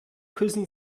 küssen